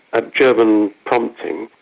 at german prompting,